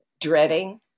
dreading